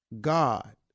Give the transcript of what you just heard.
God